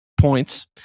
points